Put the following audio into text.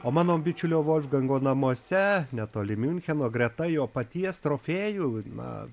o mano bičiulio volfgango namuose netoli miuncheno greta jo paties trofėjų na